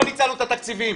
לא ניצלנו את התקציבים.